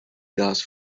gas